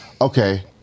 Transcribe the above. okay